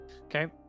Okay